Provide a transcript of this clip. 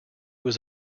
was